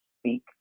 speak